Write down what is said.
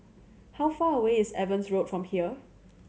how far away is Evans Road from here